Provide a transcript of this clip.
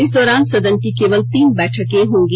इस दौरान सदन की केवल तीन बैठके होंगी